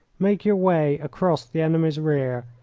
make your way across the enemy's rear,